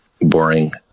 boring